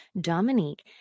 Dominique